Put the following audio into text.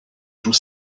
joue